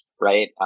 right